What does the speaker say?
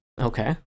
Okay